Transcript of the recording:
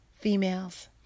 females